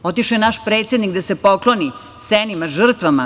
Otišao je naš predsednik da se pokloni senima, žrtvama.